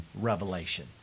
revelation